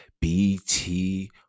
BT